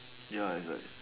ya it's like